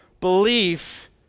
belief